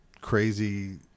crazy